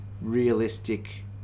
realistic